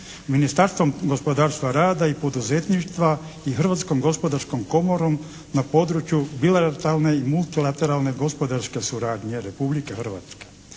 Ministarstvom gospodarstva rada i poduzetništva i Hrvatskom gospodarskom komorom na području bilateralne i multilateralne gospodarske suradnje Republike Hrvatske.